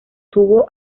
tuvo